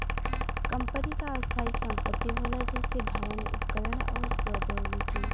company क स्थायी संपत्ति होला जइसे भवन, उपकरण आउर प्रौद्योगिकी